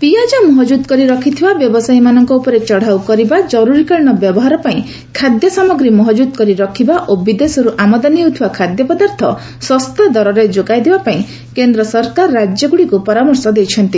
ପିଆଜ ମହଜୁଦ କରି ରଖିଥିବା ବ୍ୟବସାୟୀମାନଙ୍କ ଉପରେ ଚଢ଼ଉ କରିବା ଜରୁରୀକାଳୀନ ବ୍ୟବହାର ପାଇଁ ଖାଦ୍ୟ ସାମଗ୍ରୀ ମହଜୁଦ କରି ରଖିବା ଓ ବିଦେଶରୁ ଆମଦାନୀ ହେଉଥିବା ଖାଦ୍ୟପଦାର୍ଥ ଶସ୍ତା ଦରରେ ଯୋଗାଇଦେବା ପାଇଁ କେନ୍ଦ୍ରସରକାର ରାଜ୍ୟଗୁଡ଼ିକୁ ପରାମର୍ଶ ଦେଇଛନ୍ତି